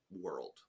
world